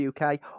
UK